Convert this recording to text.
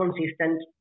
consistent